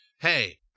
hey